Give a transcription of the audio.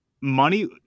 Money